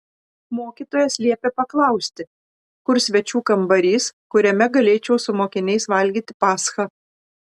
mokytojas liepė paklausti kur svečių kambarys kuriame galėčiau su mokiniais valgyti paschą